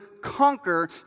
conquer